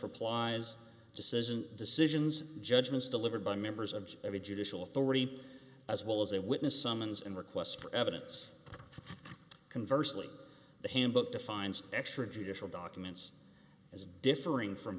replies decision decisions judgments delivered by members of every judicial authority as well as a witness summons and requests for evidence conversant in the handbook defines extra judicial documents as differing from